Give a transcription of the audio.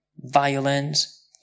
violence